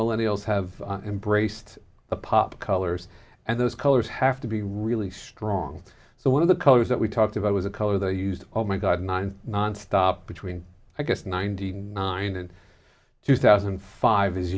millennia old have embraced the pop colors and those colors have to be really strong so one of the colors that we talked about was a color they used oh my god nine nonstop between i guess ninety nine and two thousand and five